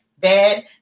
Bad